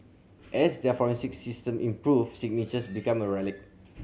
as their forensic system improved signatures became a relic